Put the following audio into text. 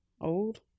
Old